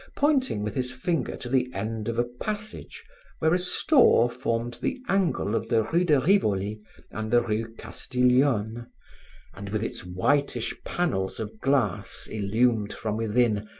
pointing with his finger to the end of a passage where a store formed the angle of the rue de rivoli and the rue castiglione and, with its whitish panes of glass illumed from within,